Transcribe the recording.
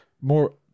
More